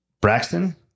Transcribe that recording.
Braxton